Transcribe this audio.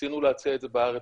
ניסינו להציע את זה בארץ,